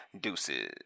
deuces